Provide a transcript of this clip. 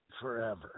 forever